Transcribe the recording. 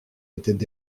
étaient